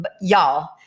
Y'all